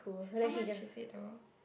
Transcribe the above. how much is it though